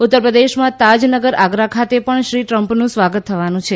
ઉત્તરપ્રદેશમાં તાજ નગર આગ્રા ખાતે પણ શ્રી ટ્રમ્પનું સ્વાગત થવાનું છે